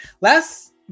last